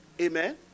Amen